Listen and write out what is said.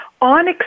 on